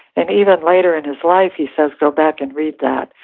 and even later in his life, he says, go back and read that.